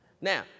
Now